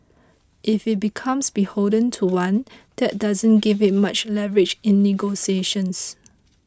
if it becomes beholden to one that doesn't give it much leverage in negotiations